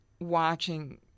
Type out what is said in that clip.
watching